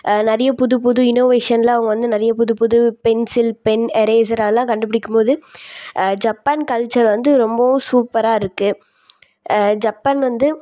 நிறைய புது புது இன்னோவேஷனில் அவங்க வந்து நிறைய புது புது பென்சில் பென் ஏரேசர் அதெல்லாம் கண்டு பிடிக்கும்போது ஜப்பான் கல்ச்சர் வந்து ரொம்பவும் சூப்பர்ராயிருக்கு ஜப்பான் வந்து